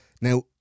Now